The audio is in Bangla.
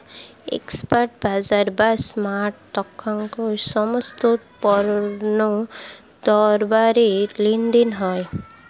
স্পট বাজার বা মার্কেটে তৎক্ষণাৎ সমস্ত পণ্য দ্রব্যের লেনদেন হয়